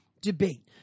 debate